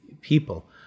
people